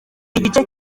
igice